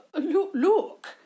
Look